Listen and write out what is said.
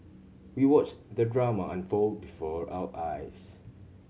we watched the drama unfold before our eyes